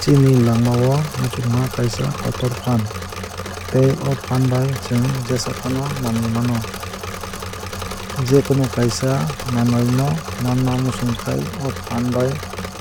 Chini langma o muchungma kaisa kotor phaan tei o phaan bai chwng jesafano manwui mano. Je kunu kaisa manwui no manna muchungkhai o phaan bai